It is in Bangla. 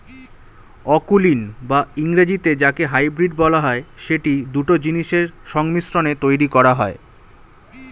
অকুলীন বা ইংরেজিতে যাকে হাইব্রিড বলা হয়, সেটি দুটো জিনিসের সংমিশ্রণে তৈরী করা হয়